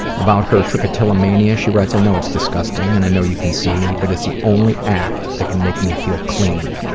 about her trichotillomania she writes, i know it's disgusting and i know you can see me but it's the only act that can make me feel clean.